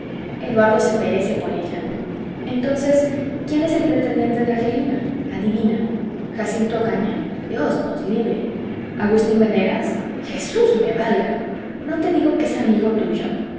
eduardo se perece por ella entonces quién es el pretendiente de angelina adivina jacinto ocaña dios nos libre agustín venegas jesús me valga no te digo que es amigo tuyo